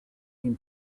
him